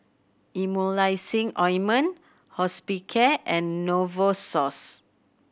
Emulsying Ointment Hospicare and Novosource